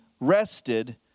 rested